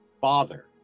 father